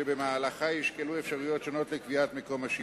שבמהלכה יישקלו אפשרויות שונות לקביעת מקום השיפוט.